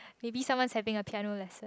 maybe someone's having a piano lesson